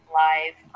live